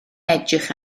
edrych